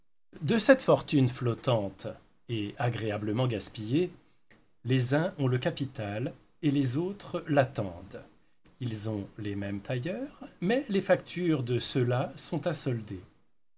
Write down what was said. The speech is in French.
de cette fortune flottante et agréablement gaspillée les uns ont le capital et les autres l'attendent ils ont les mêmes tailleurs mais les factures de ceux-là sont à solder